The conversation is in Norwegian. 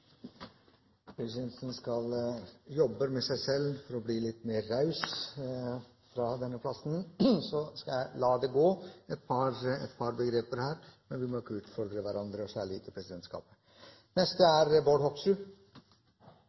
Presidenten jobber med seg selv for å bli litt mer raus fra denne plassen, så presidenten lar det passere et par begreper, men vi må ikke utfordre hverandre her – særlig ikke presidentskapet. Statsråden er